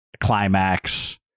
climax